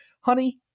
honey